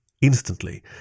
Instantly